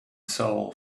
soul